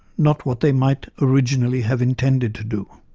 not what they might originally have intended to do.